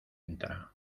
entra